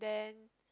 then